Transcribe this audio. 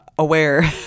Aware